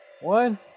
One